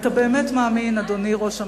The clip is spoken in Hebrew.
אתה באמת מאמין, אדוני ראש הממשלה,